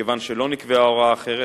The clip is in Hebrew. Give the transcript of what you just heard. מכיוון שלא נקבעה הוראה אחרת,